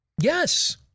Yes